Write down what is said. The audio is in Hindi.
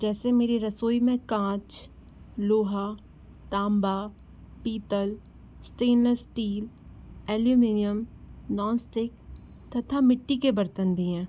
जैसे मेरी रसोई में काँच लोहा तांबा पीतल stainless steel aluminium non stick तथा मिट्टी के बर्तन भी हैं